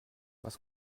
was